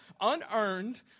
unearned